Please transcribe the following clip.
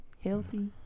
healthy